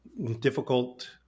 difficult